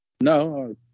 No